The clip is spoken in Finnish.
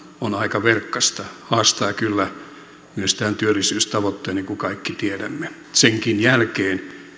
on aika verkkaista haastaa kyllä myös tämän työllisyystavoitteen niin kuin kaikki tiedämme senkin jälkeen